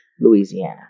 Louisiana